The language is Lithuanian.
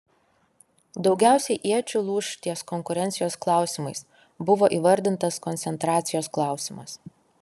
daugiausiai iečių lūš ties konkurencijos klausimais buvo įvardintas koncentracijos klausimas